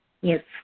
Yes